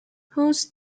whose